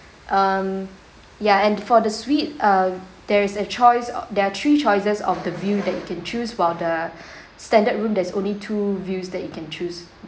um ya and for the suite uh there is a choice o~ there are three choices of the view that you can choose while the standard room there's only two views that you can choose